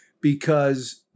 because-